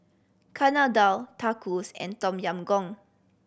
Chana Dal Tacos and Tom Yam Goong